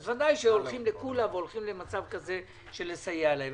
אז בוודאי הולכים לקולא על מנת לסייע להם.